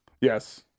yes